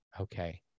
Okay